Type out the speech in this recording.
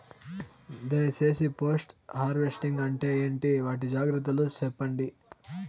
దయ సేసి post harvesting అంటే ఏంటి? వాటి జాగ్రత్తలు సెప్పండి?